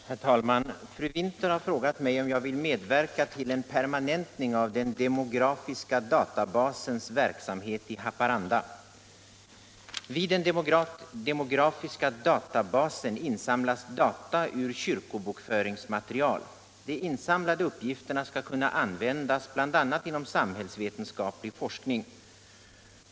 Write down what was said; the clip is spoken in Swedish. Herr talman! Fru Winther har frågat mig om jag vill medverka till en permanentning av den demografiska databasens verksamhet i Haparanda. Vid den demografiska databasen insamlas data ur kyrkobokföringsmaterial. De insamlade uppgifterna skall kunna användas bl.a. inom samhällsvetenskaplig forskning.